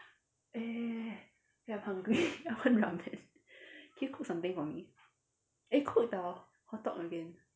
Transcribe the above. eh I'm hungry I want ramen can you cook something for me eh cook the hotteok again